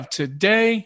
today